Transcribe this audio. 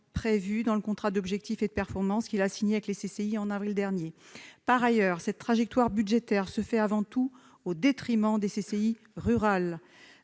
prévue dans le contrat d'objectifs et de performance qu'il a signé avec les CCI en avril dernier. Par ailleurs, cette trajectoire budgétaire impactera avant tout les CCI rurales,